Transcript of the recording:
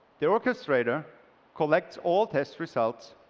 the orchestrater collects all test results,